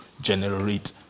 generate